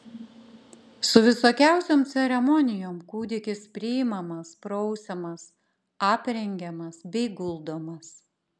su visokiausiom ceremonijom kūdikis priimamas prausiamas aprengiamas bei guldomas